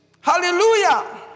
Hallelujah